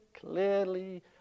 clearly